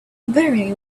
very